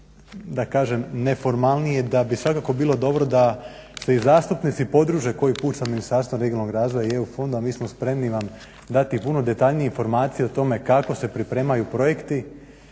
da kažem neformalnije da bi svakako bilo dobro da se i zastupnici podruže koji put sa Ministarstvom regionalnog razvoja i EU fondova. Mi smo spremni vam dati puno detaljnije informacije o tome kako se pripremaju projekti,